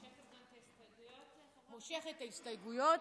את מושכת את ההסתייגויות?